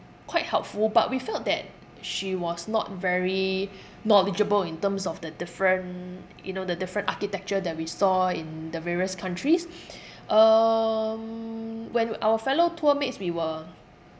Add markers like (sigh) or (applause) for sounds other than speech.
quite helpful but we felt that she was not very knowledgeable in terms of the different you know the different architecture that we saw in the various countries (breath) um when our fellow tour mates we were